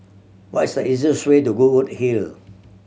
what is the easiest way to Goodwood Hill